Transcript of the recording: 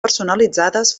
personalitzades